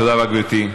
תודה רבה, גברתי.